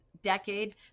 decade